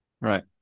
Right